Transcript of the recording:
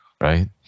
Right